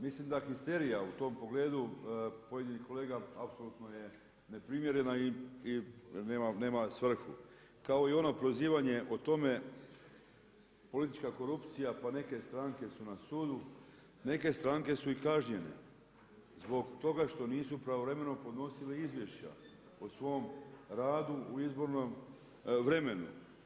Mislim da histerija u tom pogledu pojedinih kolega apsolutno je neprimjerena i nema svrhu kao i ono prozivanje o tome politička korupcija pa neke stranke su na sudu, neke stranke su i kažnjene zbog toga što nisu pravovremeno podnosile izvješća o svom radu u izbornom vremenu.